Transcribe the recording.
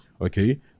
Okay